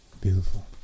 beautiful